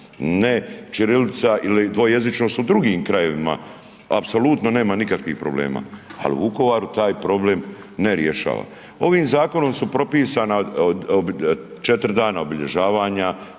ne ćirilica ili dvojezičnost u drugim krajevima apsolutno nema nikakvih problem, ali u Vukovaru taj problem ne rješava. Ovim zakonom su propisana 4 dana obilježavanja,